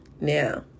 Now